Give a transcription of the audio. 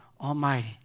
Almighty